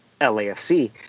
LAFC